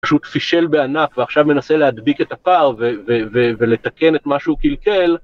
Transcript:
פשוט פישל בענק ועכשיו מנסה להדביק את הפער ולתקן את מה שהוא קלקל.